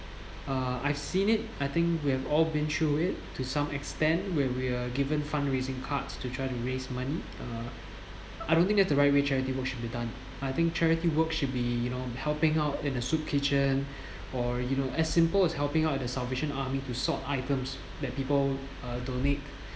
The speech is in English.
uh I've seen it I think we have all been through it to some extent where we are given fundraising cards to try to raise money uh I don't think that the right way charity work should be done I think charity work should be you know helping out in a soup kitchen or you know as simple as helping out at the salvation army to sort items that people uh donate